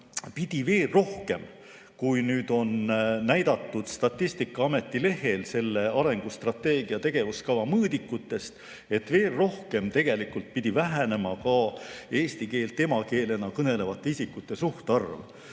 pidi veel rohkem, kui nüüd on näidatud Statistikaameti lehel selle arengustrateegia tegevuskava mõõdikute põhjal, vähenema ka eesti keelt emakeelena kõnelevate isikute suhtarv.